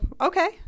okay